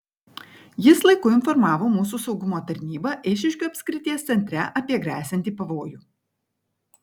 jis laiku informavo mūsų saugumo tarnybą eišiškių apskrities centre apie gresianti pavojų